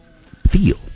feel